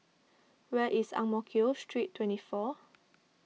where is Ang Mo Kio Street twenty four